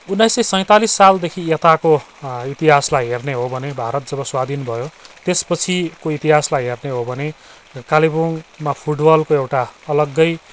उन्नाइस सय सैतालीस सालदेखि यताको इतिहासलाई हेर्ने हो भने भारत जब स्वाधीन भयो त्यसपछिको इतिहासलाई हेर्ने हो भने कालेबुङमा फुटबलको एउटा अलग्गै